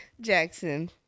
Jackson